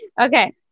okay